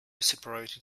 separated